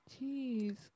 Jeez